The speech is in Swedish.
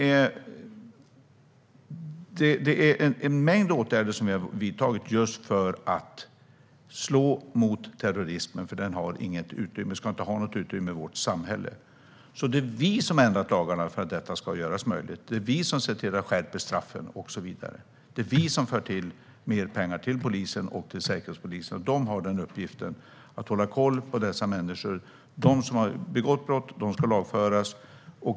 Det är en mängd åtgärder som vi har vidtagit för att slå mot terrorismen, för den ska inte ha något utrymme i vårt samhälle. Det är vi som har ändrat lagarna för att detta ska vara möjligt. Det är vi som skärper straffen och så vidare. Vi tillför mer pengar till polisen och till Säkerhetspolisen, och de har i uppgift att hålla koll på dessa människor. De som har begått brott ska lagföras.